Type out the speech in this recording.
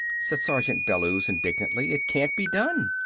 said sergeant bellews indignantly. it can't be done.